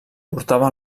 portava